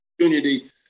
opportunity